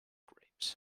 grapes